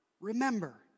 Remember